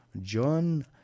John